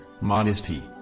modesty